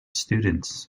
students